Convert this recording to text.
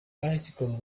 bicycle